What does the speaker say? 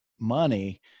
money